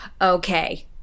Okay